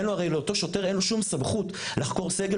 אין לו הרי לאותו שוטר שום סמכות לחקור סגל,